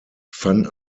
van